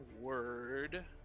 Word